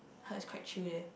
heard it's quite chill there